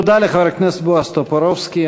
תודה לחבר הכנסת בועז טופורובסקי.